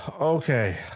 Okay